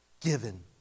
given